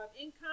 income